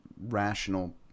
rational